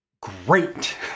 great